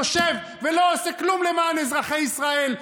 יושב ולא עושה כלום למען אזרחי ישראל.